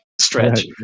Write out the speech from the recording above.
stretch